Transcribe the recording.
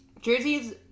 Jersey's